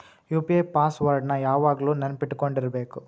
UPI password ನ ಯಾವಾಗ್ಲು ನೆನ್ಪಿಟ್ಕೊಂಡಿರ್ಬೇಕು